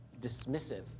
dismissive